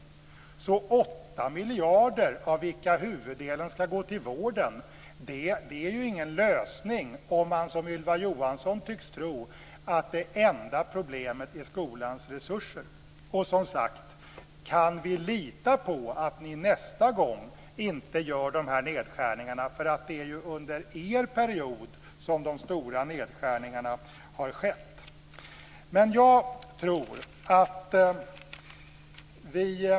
Att tillföra 8 miljarder, av vilka huvuddelen skall gå till vården, är ingen lösning om man som Ylva Johansson tycks tro att det enda problemet är skolans resurser. Kan vi lita på att ni nästa gång inte gör de här nedskärningarna? Det är ju under er period som de stora nedskärningarna har skett.